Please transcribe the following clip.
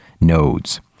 nodes